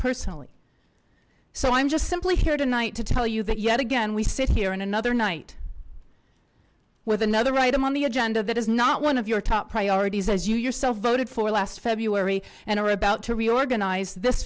personally so i'm just simply here tonight to tell you that yet again we sit here in another night with another item on the agenda that is not one of your top priorities as you yourself voted for last february and are about to reorganize this